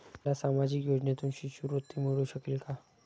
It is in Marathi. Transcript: मला सामाजिक योजनेतून शिष्यवृत्ती मिळू शकेल का?